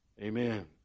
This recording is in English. amen